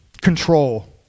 Control